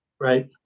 right